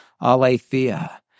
aletheia